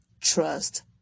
trust